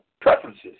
preferences